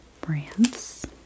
brands